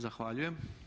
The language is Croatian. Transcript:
Zahvaljujem.